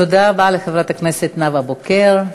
תודה רבה לחברת הכנסת נאוה בוקר.